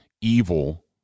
evil